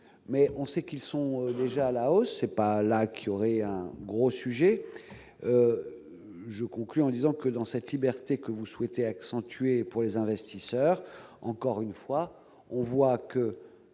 mais on sait qu'ils sont déjà à la hausse, c'est pas là qu'il aurait un gros sujet je conclus en disant que dans cette liberté que vous souhaitez accentuée pour les investisseurs, encore une fois, on voit que